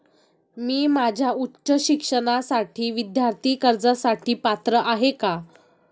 मी माझ्या उच्च शिक्षणासाठी विद्यार्थी कर्जासाठी पात्र आहे का?